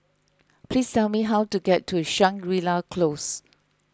please tell me how to get to Shangri La Close